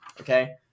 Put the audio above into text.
Okay